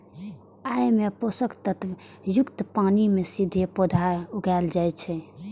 अय मे पोषक तत्व युक्त पानि मे सीधे पौधा उगाएल जाइ छै